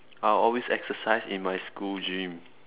I always exercise in my school gym